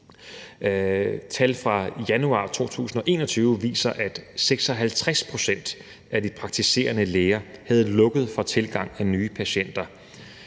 Tal fra januar 2021 viser, at 56 pct. af de praktiserende læger havde lukket for tilgang af nye patienter,